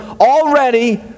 already